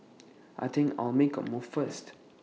I think I'll make A move first